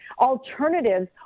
alternatives